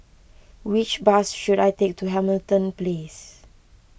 which bus should I take to Hamilton Place